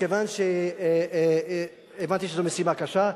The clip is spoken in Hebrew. מכיוון שהבנתי שזו משימה קשה,